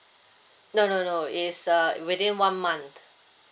no no no it's uh within one month